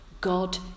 God